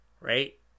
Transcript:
right